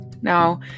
Now